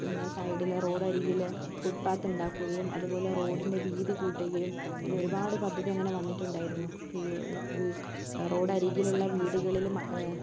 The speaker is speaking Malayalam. പിന്നെ സൈഡില് റോഡരികില് ഫുട് പാത്ത് ഉണ്ടാക്കുകയും അതുപോലെ റോഡി ൻ്റെ വീതി കൂട്ടുകയും പിന്നെ ഒരുപാട് പദ്ധതി അങ്ങനെ വന്നിട്ടുണ്ടായിരുന്നു ഈ റോഡരികിലുള്ള വീടുകളില്